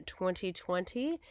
2020